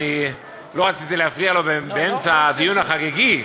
לא רציתי להפריע לו באמצע הדיון החגיגי,